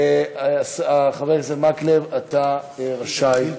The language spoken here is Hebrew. חבר הכנסת מקלב, אתה רשאי לשאול.